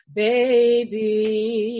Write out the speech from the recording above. baby